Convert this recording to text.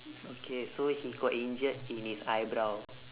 okay so he got injured in his eyebrow